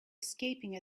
escaping